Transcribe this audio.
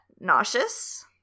nauseous